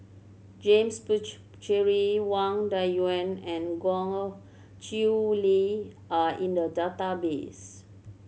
James Puthucheary Wang Dayuan and Goh Chiew Lye are in the database